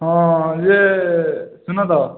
ହଁ ଇଏ ସୁନ ତ